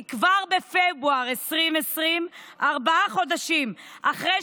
כי כבר בפברואר 2020, ארבעה חודשים אחרי